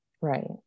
Right